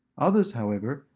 others, however,